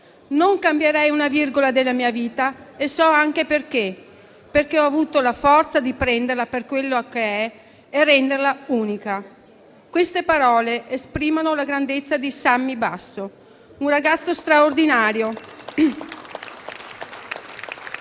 non cambierei una virgola della mia vita e so anche perché: perché ho avuto la forza di prenderla per quello che è e renderla unica». Queste parole esprimono la grandezza di Sammy Basso, un ragazzo straordinario